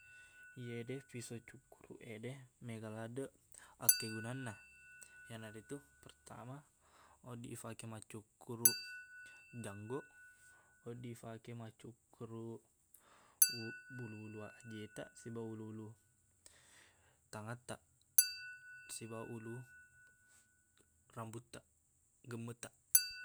Iyede fiso cukkuruq ede mega laddeq akkegunanna iyanaritu pertama odding ifake maccukkuruq janggoq wedding ifake maccukkuruq uk- bulu-bulu ajetaq sibawa bulu-bulu tangattaq sibawa ulu rambuttaq gemmettaq